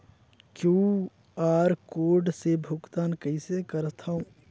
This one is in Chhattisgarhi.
क्यू.आर कोड से भुगतान कइसे करथव?